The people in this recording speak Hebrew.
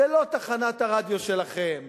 זו לא תחנת הרדיו שלכם,